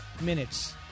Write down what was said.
minutes